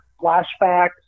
flashbacks